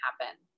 happen